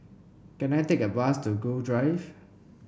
can I take a bus to Gul Drive